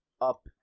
up